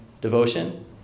devotion